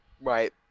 Right